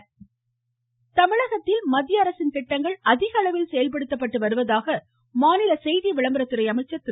கடம்பூர் ராஜ தமிழகத்தில் மத்திய அரசின் திட்டங்கள் அதிகளவில் செயல்படுத்தப்பட்டு வருவதாக மாநில செய்தி விளம்பரத்துறை அமைச்சர் திரு